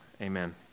Amen